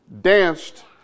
danced